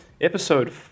Episode